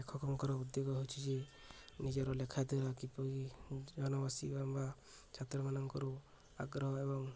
ଲେଖକଙ୍କର ଉଦ୍ୟୋଗ ହେଉଛି ଯେ ନିଜର ଲେଖା ଦ୍ୱାରା କିପରି ଛାତ୍ରମାନଙ୍କର ଆଗ୍ରହ ଏବଂ